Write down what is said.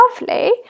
lovely